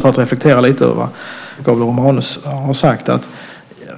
För att reflektera lite grann över det som Gabriel Romanus sade kan jag säga att